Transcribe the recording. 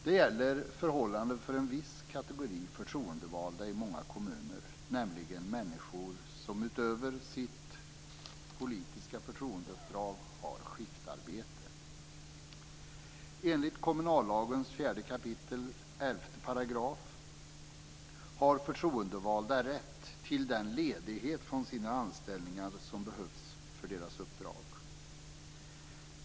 Det gäller förhållandena för en viss kategori förtroendevalda i många kommuner, nämligen människor som, utöver sitt politiska förtroendeuppdrag, har skiftarbete. Enligt kommunallagens 4 kap. 11 § har förtroendevalda rätt till den ledighet från sina anställningar som behövs för deras uppdrag.